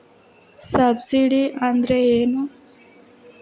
Subsidy ಅಂದ್ರೆ ಏನು?